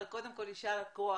קודם כל, יישר כוח.